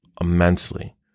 immensely